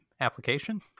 application